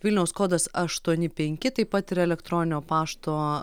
vilniaus kodas aštuoni penki taip pat yra elektroninio pašto